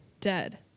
dead